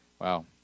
Wow